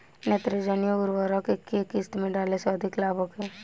नेत्रजनीय उर्वरक के केय किस्त में डाले से अधिक लाभ होखे?